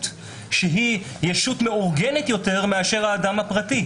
שהיא ישות מאורגנת יותר מאשר האדם הפרטי.